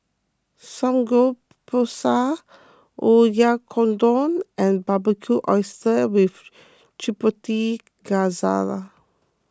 Samgeyopsal Oyakodon and Barbecued Oysters with Chipotle Glaze